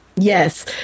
Yes